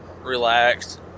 relaxed